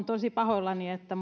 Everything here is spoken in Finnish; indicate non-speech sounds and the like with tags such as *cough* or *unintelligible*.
*unintelligible* tosi pahoillani että *unintelligible*